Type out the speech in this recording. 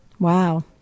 Wow